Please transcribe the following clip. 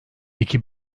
iki